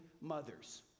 mothers